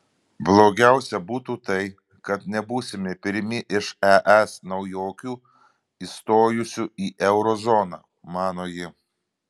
blogiausia būtų tai kad nebūsime pirmi iš es naujokių įstojusių į euro zoną mano ji